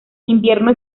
invierno